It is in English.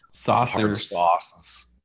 Saucers